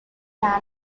can